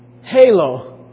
halo